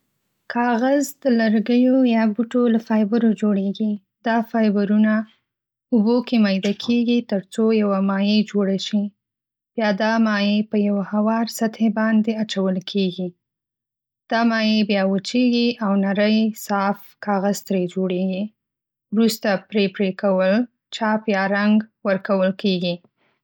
کاغذ د لرګیو یا بوټو له فایبرو جوړېږي. دا فایبرونه اوبو کې ميده کېږي ترڅو یوه مایع جوړه شي. بیا دا مایع په یوه هوار سطحې باندې اچول کېږي. دا مایع بیا وچېږي او نری، صاف کاغذ ترې جوړیږي. وروسته پرې پرېکول، چاپ یا رنګ ورکول کېږي.